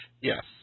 Yes